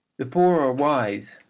the poor are wise,